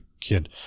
kid